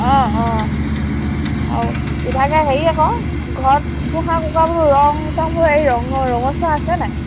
অঁ অঁ আৰু ইভাগে হেৰি আকৌ ঘৰত পোহা কুকাবোৰৰ ৰং চংবোৰ হেৰি ৰঙ ৰঙচুৱা আছে নাই